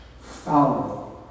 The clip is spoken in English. follow